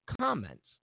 comments